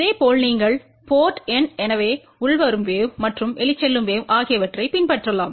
இதேபோல் நீங்கள் port N எனவே உள்வரும் வேவ் மற்றும் வெளிச்செல்லும் வேவ் ஆகியவற்றைப் பின்பற்றலாம்